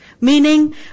Meaning